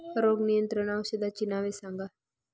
रोग नियंत्रण औषधांची नावे सांगा?